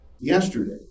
Yesterday